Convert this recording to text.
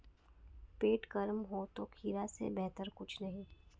पेट गर्म हो तो खीरा से बेहतर कुछ नहीं